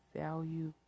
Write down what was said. value